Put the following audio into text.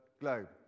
globe